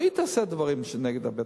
לא היית עושה דברים נגד בית-המשפט.